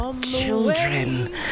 children